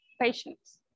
patients